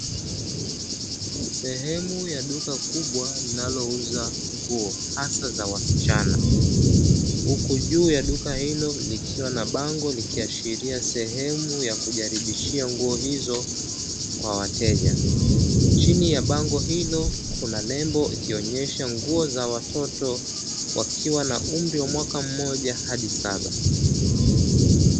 Sehemu ya duka kubwa linalouza nguo hasa za wasichana, huku juu ya duka hilo likiwa na bango likiashiria sehemu ya kujaribishia nguo hizo kwa wateja. Chini ya bango hilo kuna nembo ikionyesha nguo za watoto wakiwa na umri wa mwaka mmoja hadi saba.